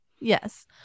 Yes